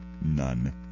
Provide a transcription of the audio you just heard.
none